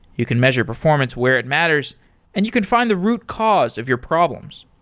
you can measure performance where it matters and you can find the root cause of your problems.